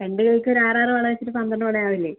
രണ്ടു കൈക്കും ഒരാറാറ് വള വച്ചിട്ട് പന്ത്രണ്ട് വള ആവില്ലേ